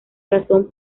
razón